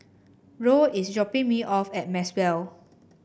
Roe is dropping me off at Maxwell